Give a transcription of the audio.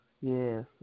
Yes